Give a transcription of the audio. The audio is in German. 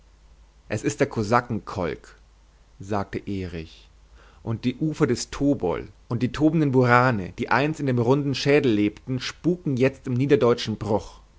es ist der kosakenkolk sagte erich und die ufer des tobol und die tobenden burane die einst in dem runden schädel lebten spuken jetzt im niederdeutschen bruch